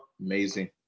Amazing